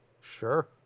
Sure